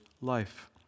life